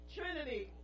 Trinity